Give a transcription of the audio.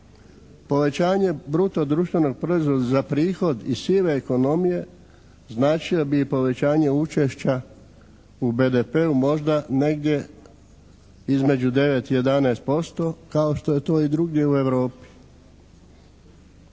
Povećanje bruto društvenog proizvoda za prihod iz sive ekonomije značio bi i povećanje učešća u BDP-u možda negdje između 9 i 11% kao što je to i drugdje u Europi.